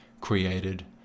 created